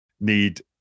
need